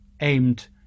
aimed